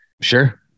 Sure